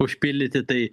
užpildyti tai